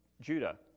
Judah